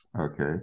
Okay